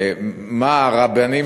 מה הרבנים,